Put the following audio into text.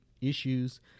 issues